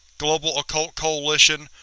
global occult coalition,